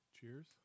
Cheers